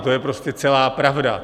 To je prostě celá pravda.